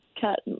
cut